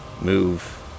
move